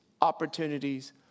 opportunities